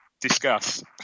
discuss